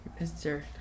Mr